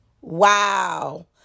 wow